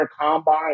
combine